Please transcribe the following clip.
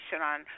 on